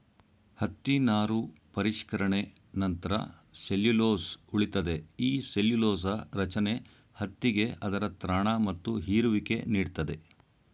ಹತ್ತಿ ನಾರು ಪರಿಷ್ಕರಣೆ ನಂತ್ರ ಸೆಲ್ಲ್ಯುಲೊಸ್ ಉಳಿತದೆ ಈ ಸೆಲ್ಲ್ಯುಲೊಸ ರಚನೆ ಹತ್ತಿಗೆ ಅದರ ತ್ರಾಣ ಮತ್ತು ಹೀರುವಿಕೆ ನೀಡ್ತದೆ